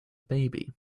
baby